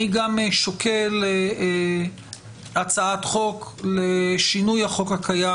אני גם שוקל הצעת חוק לשינוי החוק הקיים